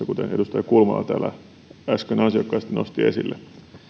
kuten edustaja kulmala täällä äsken ansiokkaasti nosti esille